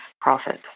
profit